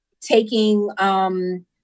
taking